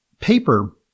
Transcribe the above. paper